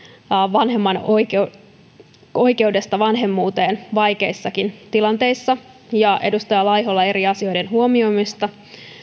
vanhemman oikeudesta vanhemmuuteen vaikeissakin tilanteissa ja edustaja laiholla eri asioiden huomioimisesta